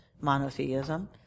monotheism